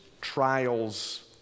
trials